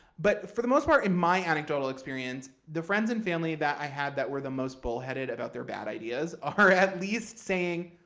but for the most part, in my anecdotal experience, the friends and family that i had that were the most bullheaded about their bad ideas are at least saying,